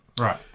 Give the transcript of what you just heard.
Right